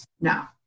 no